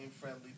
friendly